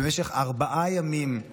במשך ארבעה ימים הוא